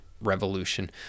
revolution